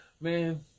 man